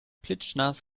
klitschnass